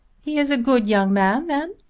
he is a good young man then?